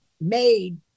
made